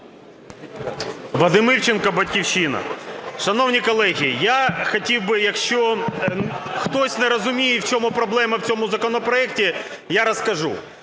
Вадим Івченко, "Батьківщина". Шановні колеги, я хотів би, якщо хтось не розуміє, в чому проблема в цьому законопроекті, я розкажу.